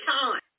time